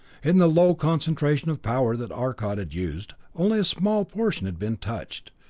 in the low concentration of power that arcot had used, only a small portion had been touched,